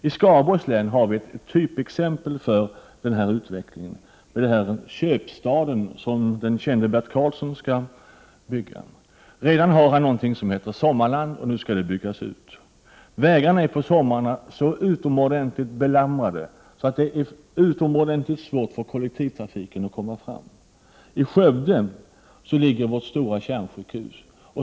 I Skaraborgs län har vi ett typexempel på denna utveckling: köpstaden, som den kände Bert Karlsson skall bygga. Han har redan något som heter Sommarland, och det skall nu byggas ut. Vägarna är på somrarna så utomordentligt belamrade att det är oerhört svårt för kollektivtrafiken att komma fram. I Skövde ligger vårt stora kärnsjukhus.